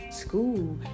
school